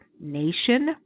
nation